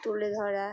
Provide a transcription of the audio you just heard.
তুলে ধরা